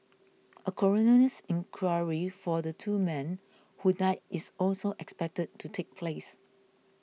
a coroner's inquiry for the two men who died is also expected to take place